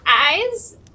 eyes